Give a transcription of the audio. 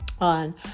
on